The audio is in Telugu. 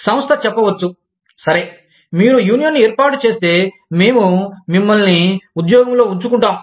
సంస్థ చెప్పవచ్చు సరే మీరు యూనియన్ ఏర్పాటు చేస్తే మేము మిమ్మల్నిఉద్యోగంలో వుంచుకుంటాం